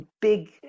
big